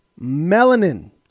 Melanin